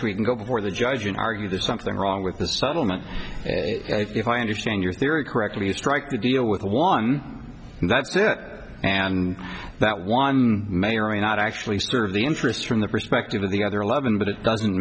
can go before the judge and argue there's something wrong with the settlement if i understand your theory correctly to strike a deal with one and that's it and that one may or may not actually serve the interests from the perspective of the other eleven but it doesn't